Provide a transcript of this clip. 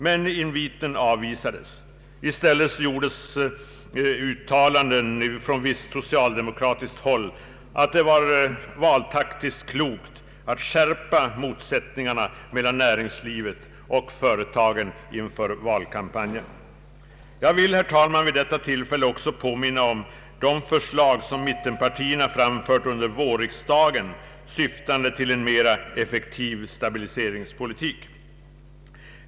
Men den inviten avvisades. I stället gjordes ett uttalande från visst socialdemokratiskt håll, att det är valtaktiskt klokt att skärpa motsättningarna mellan näringslivet och företagen inför valkampanjen. Jag vill, herr talman, vid detta tillfälle också påminna om de förslag som miltenpartierna framförde under vårriksdagen, syftande till en mer effektiv stabiliseringspolitik.